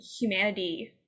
humanity